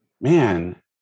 man